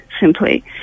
simply